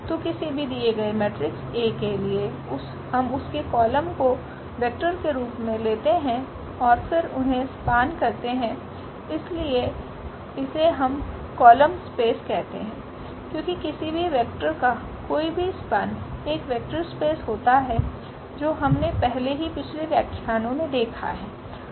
तो किसी दिए गए मेट्रिक्स A के लिएहम उसके कॉलम को वेक्टर के रूप में लेते हैं और फिर उन्हें स्पेन करते हैं इसलिए इसे हम कॉलम स्पेस कहते हैं क्योंकि किसी भी वेक्टर का कोई भी स्पेन एक वेक्टर स्पेस होता है जो हमने पहले ही पिछले व्याख्यानों में देखा है